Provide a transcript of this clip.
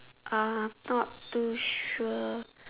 uh not too sure